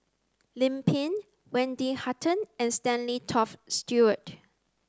Lim Pin Wendy Hutton and Stanley Toft Stewart